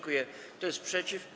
Kto jest przeciw?